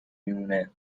میمونه